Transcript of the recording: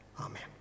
Amen